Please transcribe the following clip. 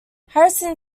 harrison